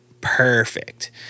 perfect